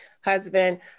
husband